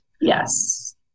Yes